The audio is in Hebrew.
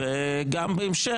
וגם בהמשך,